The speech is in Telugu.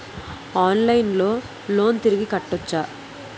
ఆన్లైన్లో లోన్ తిరిగి కట్టోచ్చా?